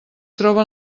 troba